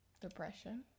depression